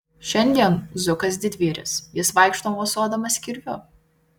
šiandien zukas didvyris jis vaikšto mosuodamas kirviu